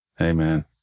Amen